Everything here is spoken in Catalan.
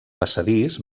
passadís